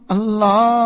Allah